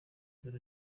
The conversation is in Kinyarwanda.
dore